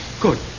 Good